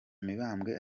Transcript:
mibambwe